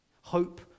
Hope